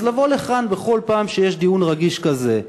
אז לבוא לכאן בכל פעם שיש דיון רגיש כזה,